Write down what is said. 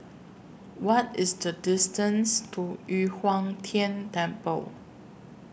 What IS The distance to Yu Huang Tian Temple